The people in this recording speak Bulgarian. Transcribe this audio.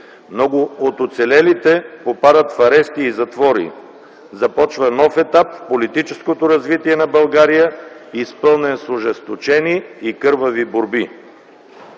много от оцелелите попадат в арести и затвори, започва нов етап в политическото развитие на България, изпълнен с ожесточени и кървави борби.